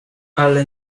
ale